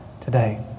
today